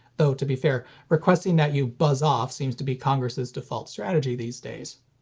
though, to be fair, requesting that you buzz off seems to be congress's default strategy these days.